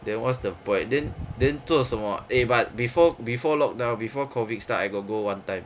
then what's the point then then 做什么 eh but before before lock down before COVID start I got go one time